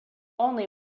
only